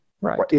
right